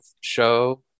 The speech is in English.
show